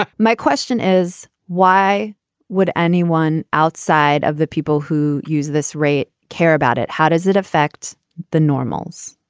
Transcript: ah my question is, why would anyone outside of the people who use this rate care about it? how does it affect the normals?